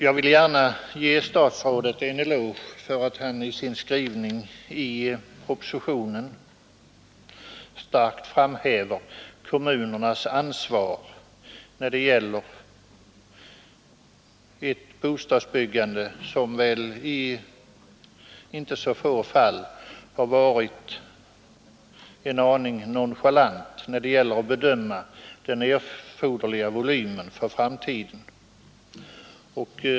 Jag vill gärna ge statsrådet en eloge för att han i sin skrivning i propositionen starkt framhäver kommunernas ansvar för ett bostadsbygfå fall har varit en aning nonchalant när det gällt att bedöma den erforderliga volymen för framtiden.